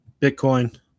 Bitcoin